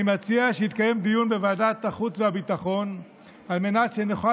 אני מציע שיתקיים דיון בוועדת החוץ והביטחון על מנת שנוכל